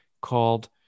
called